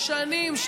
שנים,